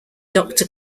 doctor